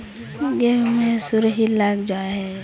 गेहू मे सुरही लग जाय है ओकरा कैसे रखबइ?